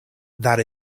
that